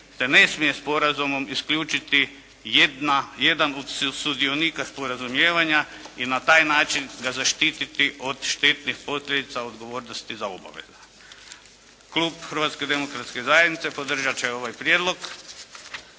se ne smije sporazumom isključiti jedan od sudionika sporazumijevanja i na taj način ga zaštititi od štetnih posljedica odgovornosti za obaveze. Klub Hrvatske demokratske